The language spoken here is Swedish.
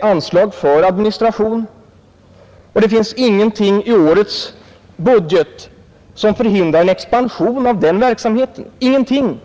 anslag för administration, och det finns ingenting i årets budget som förhindrar en expansion av den verksamheten, ingenting!